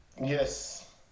Yes